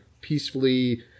peacefully